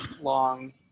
long